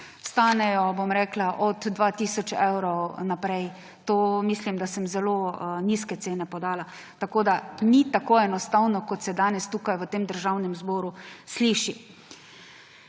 stanejo, bom rekla, od 2 tisoč evrov naprej. To mislim, da sem zelo nizke cene podala. Tako ni tako enostavno, kot se danes tukaj v tem državnem zboru sliši.